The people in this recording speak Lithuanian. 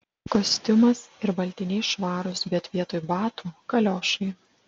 kostiumas ir baltiniai švarūs bet vietoj batų kaliošai